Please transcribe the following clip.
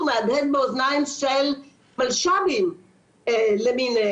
הוא מהדהד באוזניים של מלש"בים למיניהם,